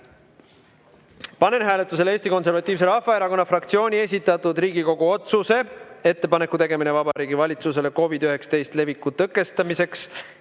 Panen hääletusele Eesti Konservatiivse Rahvaerakonna fraktsiooni esitatud Riigikogu otsuse "Ettepaneku tegemine Vabariigi Valitsusele COVID-19 leviku tõkestamiseks